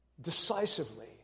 decisively